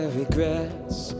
regrets